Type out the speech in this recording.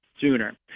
sooner